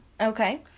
Okay